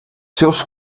seus